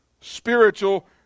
Spiritual